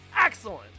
excellent